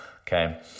okay